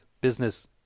business